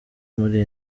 muri